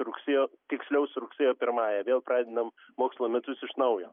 rugsėjo tiksliau su rugsėjo pirmąja vėl pradedam mokslo metus iš naujo